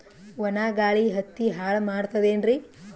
ಒಣಾ ಗಾಳಿ ಹತ್ತಿ ಹಾಳ ಮಾಡತದೇನ್ರಿ?